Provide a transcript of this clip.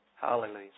Hallelujah